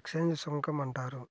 excise సుంకం అంటారు